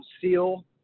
seal